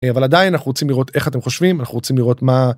אבל עדיין אנחנו רוצים לראות איך אתם חושבים אנחנו רוצים לראות מה.